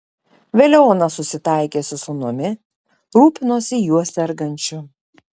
vėliau ona susitaikė su sūnumi rūpinosi juo sergančiu